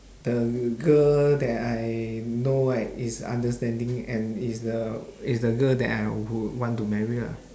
the girl that I know right is understanding and is the is the girl that I would want to marry lah